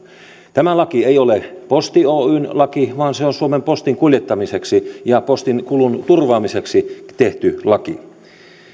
tämä laki ei ole posti oyn laki vaan se on suomen postin kuljettamiseksi ja postinkulun turvaamiseksi tehty laki